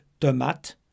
tomate